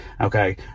okay